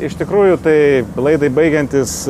iš tikrųjų tai laidai baigiantis